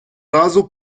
разу